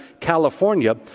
California